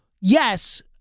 yes